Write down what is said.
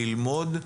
ללמוד?